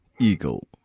Eagle